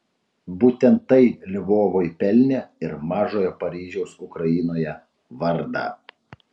būtent tai lvovui pelnė ir mažojo paryžiaus ukrainoje vardą